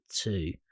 two